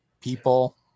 people